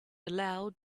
aloud